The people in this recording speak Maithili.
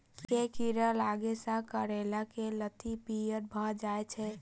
केँ कीड़ा लागै सऽ करैला केँ लत्ती पीयर भऽ जाय छै?